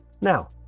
Now